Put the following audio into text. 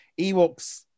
Ewoks